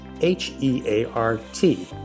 H-E-A-R-T